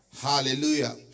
Hallelujah